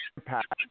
impact